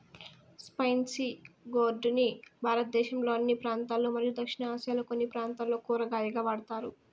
spiny gourd ని భారతదేశంలోని అన్ని ప్రాంతాలలో మరియు దక్షిణ ఆసియాలోని కొన్ని ప్రాంతాలలో కూరగాయగా వాడుతారు